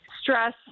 stress